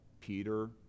Peter